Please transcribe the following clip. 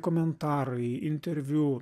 komentarai interviu